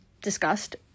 discussed